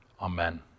Amen